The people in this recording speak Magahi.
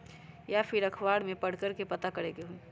या फिर अखबार में पढ़कर के पता करे के होई?